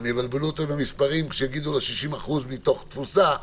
יבלבלו אותו עם המספרים גם כשיגידו לו 60% מתוך תפוסה,